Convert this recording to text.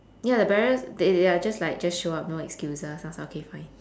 ya the barriers they they are just like just show up no excuses I was like okay fine